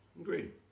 Agreed